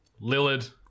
Lillard